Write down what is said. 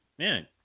Man